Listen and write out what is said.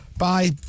Bye